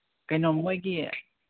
ꯀꯩꯅꯣ ꯃꯣꯏꯒꯤ